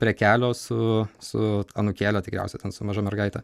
prie kelio su su anūkėle tikriausiai ten su maža mergaite